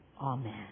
Amen